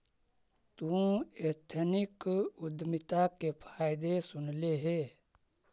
तु एथनिक उद्यमिता के फायदे सुनले हे?